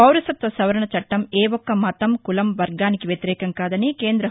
పౌరసత్వ నవరణ చట్టం ఏ ఒక్క మతం కులం వర్గానికి వ్యతిరేకం కాదని కేంద్ర తి